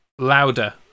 louder